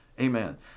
amen